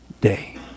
day